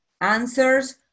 answers